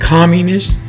Communist